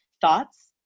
thoughts